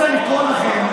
רוצה לקרוא לכם,